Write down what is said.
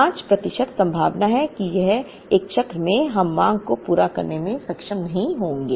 5 प्रतिशत संभावना है कि एक चक्र में हम मांग को पूरा करने में सक्षम नहीं होंगे